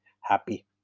happy